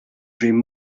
dream